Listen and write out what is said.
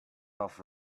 off